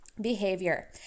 behavior